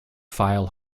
file